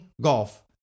golf